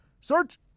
Search